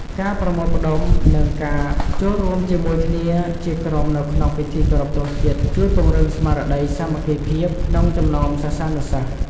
ការប្រមូលផ្ដុំ និងការចូលរួមជាមួយគ្នាជាក្រុមនៅក្នុងពិធីគោរពទង់ជាតិជួយ ពង្រឹងស្មារតីសាមគ្គីភាព ក្នុងចំណោមសិស្សានុសិស្ស។